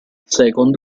second